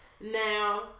Now